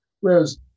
whereas